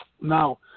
Now